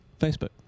Facebook